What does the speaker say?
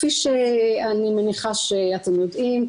כפי שאני מניחה שאתם יודעים,